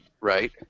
right